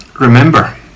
remember